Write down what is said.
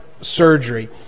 surgery